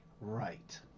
Right